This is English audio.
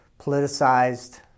politicized